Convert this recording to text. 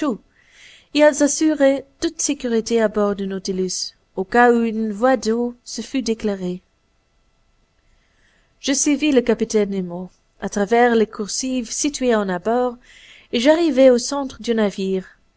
et elles assuraient toute sécurité à bord du nautilus au cas où une voie d'eau se fût déclarée je suivis le capitaine nemo à travers les coursives situées en abord et j'arrivai au centre du navire